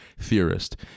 theorist